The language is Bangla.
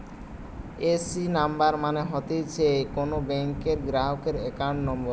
এ.সি নাম্বার মানে হতিছে কোন ব্যাংকের গ্রাহকের একাউন্ট নম্বর